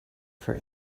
for